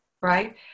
Right